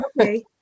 Okay